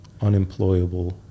unemployable